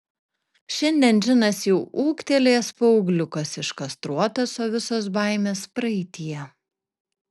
šiandien džinas jau ūgtelėjęs paaugliukas iškastruotas o visos baimės praeityje